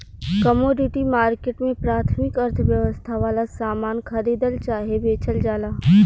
commodity market में प्राथमिक अर्थव्यवस्था वाला सामान खरीदल चाहे बेचल जाला